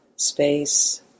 space